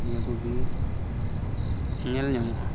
ᱱᱤᱭᱟᱹ ᱠᱚᱜᱮ ᱧᱮᱞ ᱧᱟᱢᱚᱜᱼᱟ